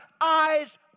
eyes